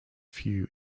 few